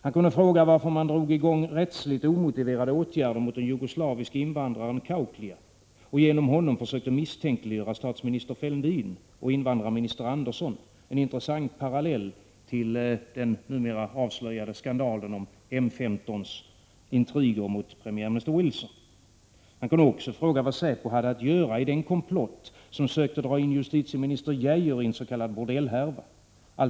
Han kunde fråga varför man drog i gång rättsligt omotiverade åtgärder mot den jugoslaviske invandraren Kauklija och genom honom försökte misstänkliggöra statsminister Fälldin och invandrarminister Andersson — en intressant parallell till den numera avslöjade skandalen om M 15:s intriger mot premiärminister Wilson. Han kunde också fråga vad säpo hade att göra i den komplott som sökte dra in justitieminister Geijer i en s.k. bordellhärva.